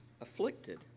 afflicted